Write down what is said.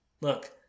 look